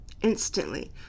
Instantly